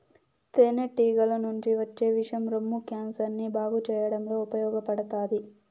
తేనె టీగల నుంచి వచ్చే విషం రొమ్ము క్యాన్సర్ ని బాగు చేయడంలో ఉపయోగపడతాది